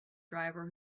driver